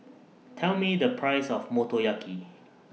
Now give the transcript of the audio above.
Tell Me The Price of Motoyaki